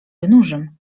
wynurzym